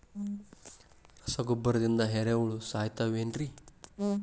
ರಸಗೊಬ್ಬರದಿಂದ ಏರಿಹುಳ ಸಾಯತಾವ್ ಏನ್ರಿ?